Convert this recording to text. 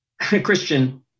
Christian